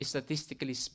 Statistically